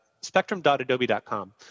spectrum.adobe.com